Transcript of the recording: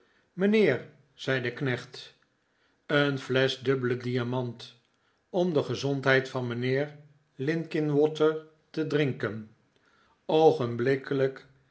mijnheef zei de knecht een flesch dubbele diamant om de gezondheid van mijnheer linkinwater te drinken